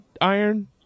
Iron